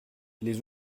les